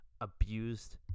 abused